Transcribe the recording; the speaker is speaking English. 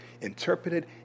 interpreted